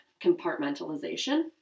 compartmentalization